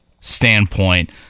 standpoint